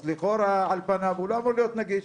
אז לכאורה על פניו הוא לא אמור להיות נגיש.